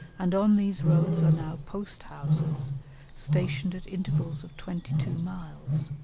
and on these roads are now post-houses stationed at intervals of twenty-two miles,